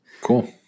cool